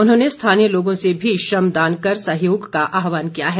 उन्होंने स्थानीय लोगों से भी श्रमदान कर सहयोग का आहवान किया है